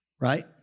right